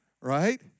Right